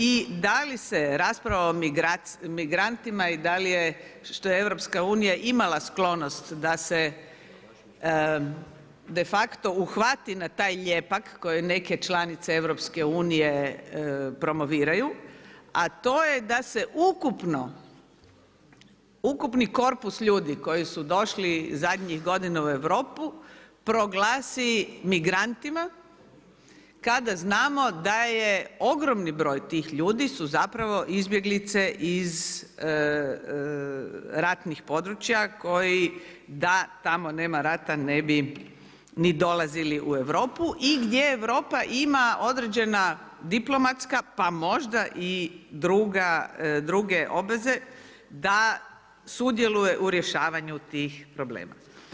I da li se rasprava o migrantima i da li je što je Europska unija imala sklonost da se de facto uhvati na taj lijepak koji neke članice EU promoviraju, a to je da se ukupni korpus ljudi koji su došli zadnjih godina u Europu proglasi migrantima kada znamo da je ogromni broj tih ljudi su zapravo izbjeglice iz ratnih područja koji da tamo nema rata ne bi ni dolazili u Europu i gdje Europa ima određena diplomatska pa možda i druge obveze da sudjeluje u rješavanju tih problema.